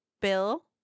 Bill